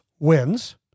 wins